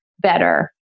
better